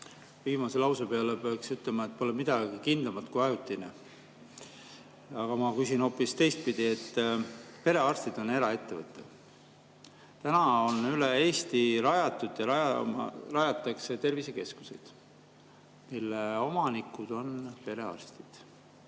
Viimase lause peale peaks ütlema, et pole midagi kindlamat kui ajutine. Aga ma küsin hoopis teistpidi. Perearstid on eraettevõtjad. Üle Eesti on rajatud ja rajatakse tervisekeskuseid, mille omanikud on perearstid.